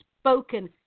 spoken